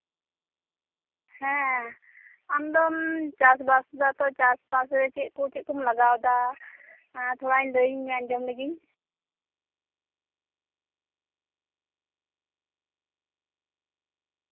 ᱦᱮᱸ ᱟᱢᱫᱚᱢ ᱪᱟᱥᱵᱟᱥ ᱫᱟᱛᱚ ᱪᱟᱥᱵᱟᱥ ᱨᱮ ᱪᱮᱫ ᱠᱚ ᱪᱮᱫ ᱠᱚᱢ ᱞᱟᱜᱟᱣᱮᱫᱟ ᱮᱸ ᱛᱷᱚᱲᱟ ᱞᱟᱹᱭᱟᱹᱧ ᱢᱮ ᱟᱸᱡᱚᱢ ᱞᱮᱜᱤᱧ